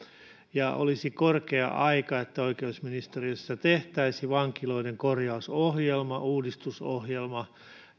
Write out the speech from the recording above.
ja olisi korkea aika että oikeusministeriössä tehtäisiin vankiloiden korjausohjelma uudistusohjelma